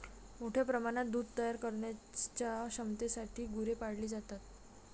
मोठ्या प्रमाणात दूध तयार करण्याच्या क्षमतेसाठी गुरे पाळली जातात